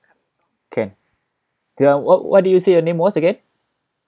can um what what did you say your name was again